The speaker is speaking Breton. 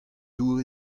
dour